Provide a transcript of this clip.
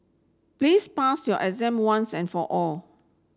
please pass your exam once and for all